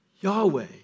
Yahweh